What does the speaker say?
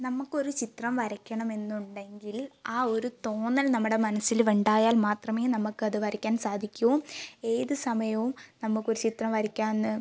നമുക്ക് ഒരു ചിത്രം വരയ്ക്കണം എന്നുണ്ടെങ്കിൽ ആ ഒരു തോന്നൽ നമ്മുടെ മനസ്സിലുണ്ടായാൽ മാത്രമേ നമുക്ക് അത് വരയ്ക്കാൻ സാധിക്കൂ ഏത് സമയവും നമുക്കൊരു ചിത്രം വരയ്ക്കാമെന്ന്